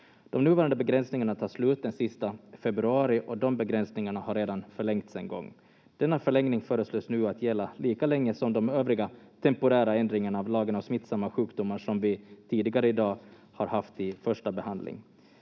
De nuvarande begränsningarna tar slut den sista februari, och de begränsningarna har redan förlängts en gång. Denna förlängning föreslås nu att gälla lika länge som de övriga temporära ändringarna av lagen om smittsamma sjukdomar som vi tidigare i dag har haft i första behandling.